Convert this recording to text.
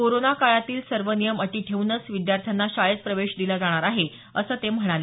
corona काळातील सर्व नियम अटी ठेवूनच विद्यार्थ्यांना शाळेत प्रवेश दिला जाणार आहे असं ते म्हणाले